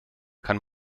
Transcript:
kann